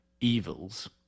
evils